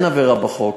אין עבירה בחוק.